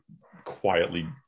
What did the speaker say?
quietly